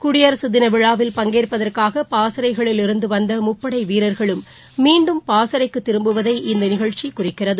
குடியரசு தினவிழாவில் பங்கேற்பதற்காக பாசறைகளில் இருந்து வந்த முப்படை வீரர்களும் மீண்டும் பாசறைக்கு திரும்புவதை இந்த நிகழ்ச்சி குறிக்கிறது